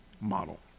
model